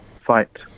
fight